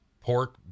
pork